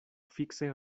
fikse